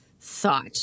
thought